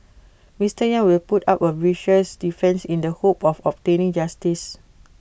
Mister yang will put up A vigorous defence in the hope of obtaining justice